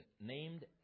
named